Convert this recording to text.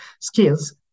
skills